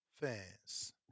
fans